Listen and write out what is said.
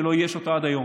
שלא אייש אותה עד היום.